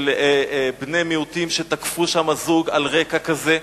של בני מיעוטים שתקפו שם זוג על רקע כזה.